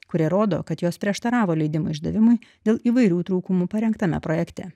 kurie rodo kad jos prieštaravo leidimo išdavimui dėl įvairių trūkumų parengtame projekte